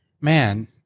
man